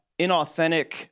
inauthentic